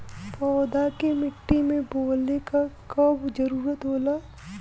पौधा के मिट्टी में बोवले क कब जरूरत होला